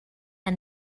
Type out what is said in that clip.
and